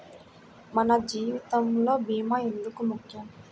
మన జీవితములో భీమా ఎందుకు ముఖ్యం?